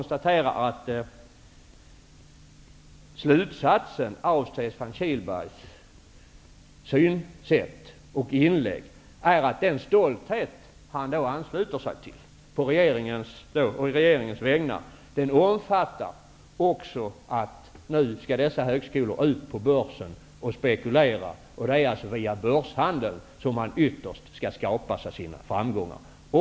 Slutsatsen av Stefan Kihlbergs synsätt och inlägg är att den stolthet han ansluter sig till å regeringens vägnar också omfattar att dessa högskolor skall ut på börsen och spekulera. Det är alltså via börshandel som man ytterst skall skapa sina framgångar.